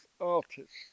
artists